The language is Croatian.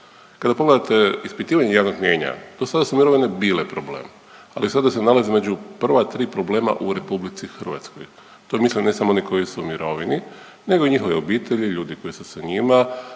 Kada pogledate ispitivanje javnog mijenja dosada su mirovine bile problem, ali sada se nalazi među prva tri problema u RH. To misle ne samo oni koji su u mirovini nego i njihove obitelji, ljudi koji su sa njima